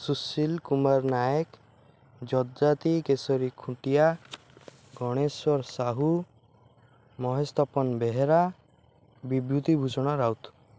Sushil Kumar Nayak Yajatikeshari Khuntia Ganeswar Sahu Mahesh Tapan Behera Bibhutibhushan Raut